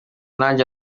nanjye